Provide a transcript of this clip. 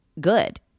good